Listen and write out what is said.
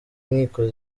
inkiko